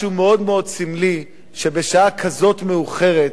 משהו מאוד מאוד סמלי שבשעה כזאת מאוחרת